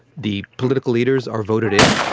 the political leaders are voted in.